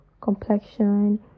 complexion